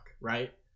right